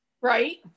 right